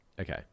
Okay